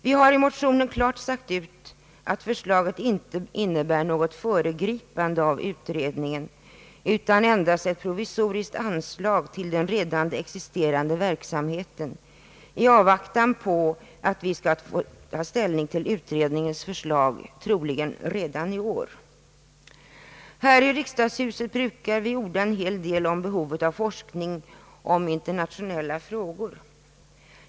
Vi har i motionerna klart angivit att förslaget inte innebär något föregripande av utredningen utan endast ett provisoriskt anslag till den redan existerande verksamheten i avvaktan på att vi skall få ta ställning till utredningens förslag, troligen redan i år. Här i riksdagshuset brukar vi orda en hel del om behovet av forskning i internationella frågor.